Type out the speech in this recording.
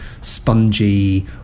spongy